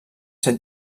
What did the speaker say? set